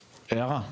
הערה,